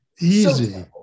Easy